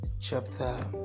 chapter